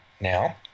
now